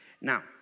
Now